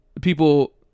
people